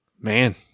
Man